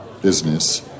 Business